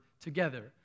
together